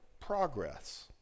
progress